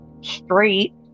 Straight